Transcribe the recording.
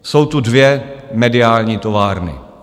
Jsou tu dvě mediální továrny.